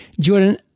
Jordan